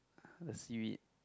a seaweed